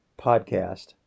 podcast